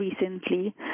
recently